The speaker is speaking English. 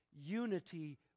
unity